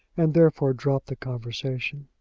and therefore dropped the conversation.